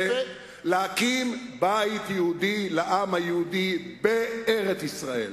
להקים בית יהודי לעם היהודי בארץ-ישראל.